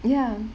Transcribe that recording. ya